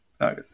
No